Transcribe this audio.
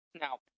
Now